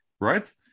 right